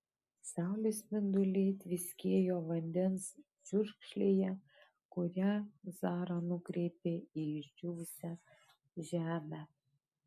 saulės spinduliai tviskėjo vandens čiurkšlėje kurią zara nukreipė į išdžiūvusią žemę